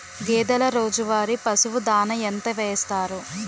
గేదెల రోజువారి పశువు దాణాఎంత వేస్తారు?